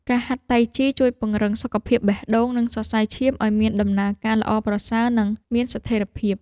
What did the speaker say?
ការហាត់តៃជីជួយពង្រឹងសុខភាពបេះដូង និងសរសៃឈាមឱ្យមានដំណើរការល្អប្រសើរ និងមានស្ថិរភាព។